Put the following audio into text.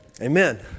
Amen